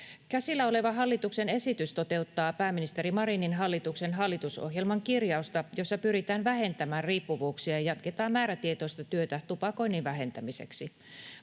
Käsillä oleva hallituksen esitys toteuttaa pääministeri Marinin hallituksen hallitusohjelman kirjausta, jossa pyritään vähentämään riippuvuuksia ja jatketaan määrätietoista työtä tupakoinnin vähentämiseksi.